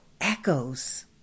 echoes